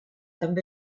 també